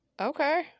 Okay